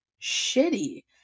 shitty